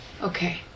Okay